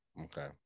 okay